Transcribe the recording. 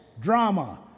drama